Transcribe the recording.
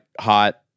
hot